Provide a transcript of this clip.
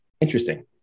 Interesting